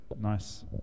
nice